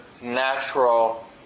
natural